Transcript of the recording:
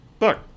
look